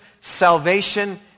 salvation